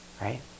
right